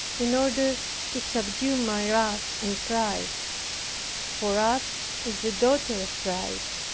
in order to subdue my wrath and pride for wrath is the daughter of pride.